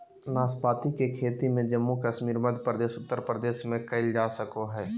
नाशपाती के खेती भारत में जम्मू कश्मीर, मध्य प्रदेश, उत्तर प्रदेश में कइल जा सको हइ